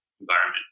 environment